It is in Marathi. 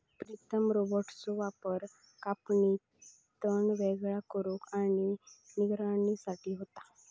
प्रीतम रोबोट्सचो वापर कापणी, तण वेगळा करुक आणि निगराणी साठी होता